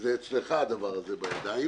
שזה אצלך הדבר הזה בידיים,